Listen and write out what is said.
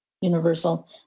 universal